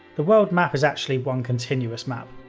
the world map is actually one continuous map.